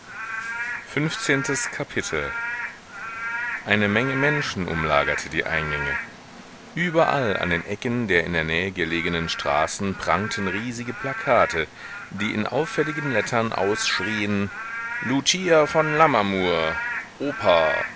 fünfzehntes kapitel eine menge menschen umlagerte die eingänge überall an den ecken der in der nähe gelegenen straßen prangten riesige plakate die in auffälligen lettern ausschrien lucia von lammermoor oper